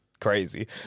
crazy